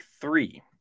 three